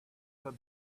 the